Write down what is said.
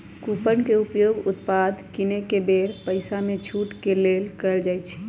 coupon के उपयोग उत्पाद किनेके बेर पइसामे छूट के लेल कएल जाइ छइ